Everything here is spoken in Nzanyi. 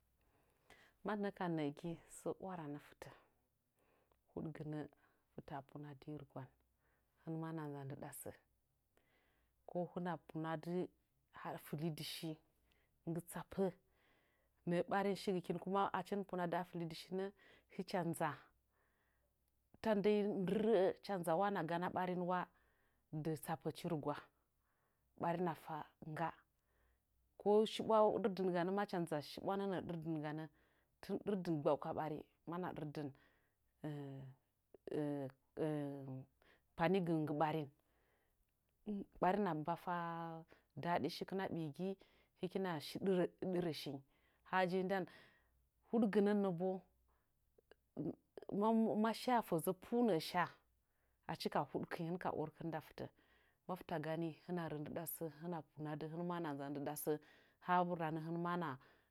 Mannə ka nə'əgi sə waranə fɨtə huɗgɨnə fɨtəa punadi rɨgwan hɨn mana nza ndɨɗa sə ko hɨna punadɨ ha fɨlidɨ shi nggɨ tsapə nə'ə ɓarin shigɨkin kuma achi hɨnmɨ punadɨ ha fɨlidɨ shinə hɨcha nza ta ndinyi ndɨrə'ə hɨcha nza wa dɨ tsapəchi rɨgwa ɓarin. na fa ngga ko shiɓwa ɗɨdin ganə mach nza shiɓwa nənə'ə ɗɨrdɨn ganə macha tɨn ɗɨrdɨn gbau ka ɓari mana ɗɨrdɨn gbau ka ɓari mana ɗɨrdi mana ɗɨrdɨn pinigɨ nggɨ ɓarim ɓarina mba fa dadin shikɨn a ɓiigi hɨkina shi ɗɨrə ɗɨrə shinyi hajen ndan huɗgɨnənəbo ma sha fəzə pu nə'ə sha achi ka huɗkɨnyi hɨn ka orkɨn nda fɨtə mafta gani hɨn rə ndɨɗa sə hɨna punadɨ hɨnma hɨna nza ndɨɗa sə'ə ha ranə hɨnma na